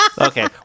okay